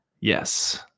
Yes